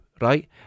right